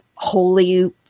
holy